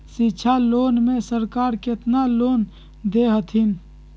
शिक्षा लोन में सरकार केतना लोन दे हथिन?